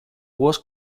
was